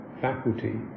faculty